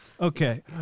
Okay